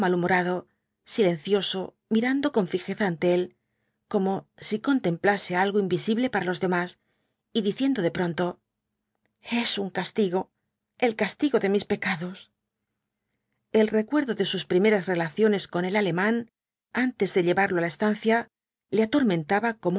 malhumorado silencioso mirando con fijeza ante él como si contemplase algo invisible para los demás y diciendo de pronto es un castigo el castigo de mis pecados el recuerdo de sus primeras relaciones con el alemán antes de llevarlo á la estancia le atormentaba